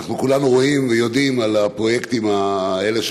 אנחנו כולנו רואים ויודעים על הפרויקטים האלה,